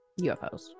UFOs